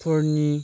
फोरनि